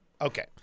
Okay